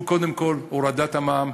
היא קודם כול הורדת המע"מ.